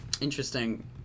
interesting